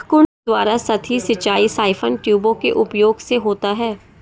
कुंड द्वारा सतही सिंचाई साइफन ट्यूबों के उपयोग से होता है